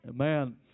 Amen